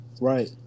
Right